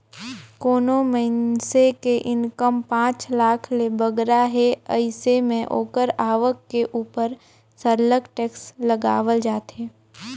कोनो मइनसे के इनकम पांच लाख ले बगरा हे अइसे में ओकर आवक के उपर सरलग टेक्स लगावल जाथे